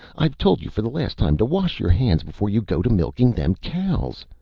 i've told you for the last time to wash your hands before you go to milking them cows.